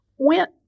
went